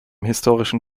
historischen